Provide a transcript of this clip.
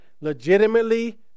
legitimately